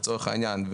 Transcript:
לצורך העניין,